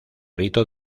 rito